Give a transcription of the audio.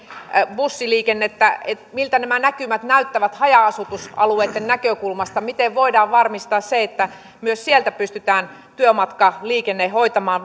bussiliikennettä niin miltä nämä näkymät näyttävät haja asutusalueitten näkökulmasta miten voidaan varmistaa se että myös sieltä pystytään työmatkaliikenne hoitamaan